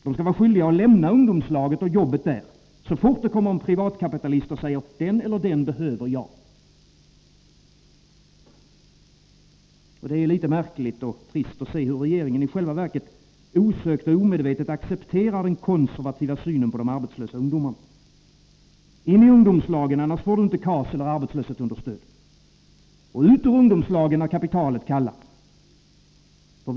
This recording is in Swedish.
Det innebär att de skall lämna ungdomslaget och jobbet där så fort det kommer en privatkapitalist och säger att den eller den behöver jag. Det är litet märkligt och trist att se hur regeringen i själva verket osökt och omedvetet accepterar den konservativa synen på de arbetslösa ungdomarna. In i ungdomslagen, annars får du inte KAS eller arbetslöshetsunderstöd! Ut ur ungdomslagen när kapitalet kallar!